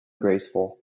graceful